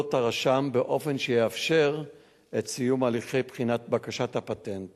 הרשם באופן שיאפשר את סיום הליכי בחינת בקשת הפטנט